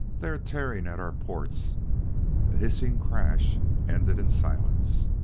they are tearing at our ports a hissing crash ended in silence.